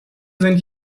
sind